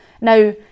Now